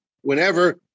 whenever